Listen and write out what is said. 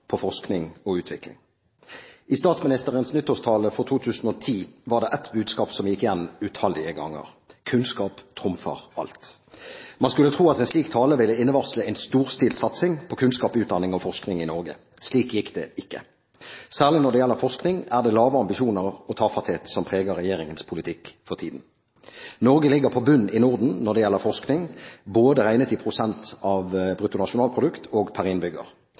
tjenester, forskning og utvikling. I statsministerens nyttårstale for 2010 var det ett budskap som gikk igjen utallige ganger: «Kunnskap trumfer alt.» Man skulle tro at en slik tale ville innevarsle en storstilt satsing på kunnskap, utdanning og forskning i Norge. Slik gikk det ikke. Særlig når det gjelder forskning, er det lave ambisjoner og tafatthet som preger regjeringens politikk for tiden. Norge ligger på bunnen i Norden når det gjelder forskning, både regnet i prosent av brutto nasjonalprodukt og per innbygger.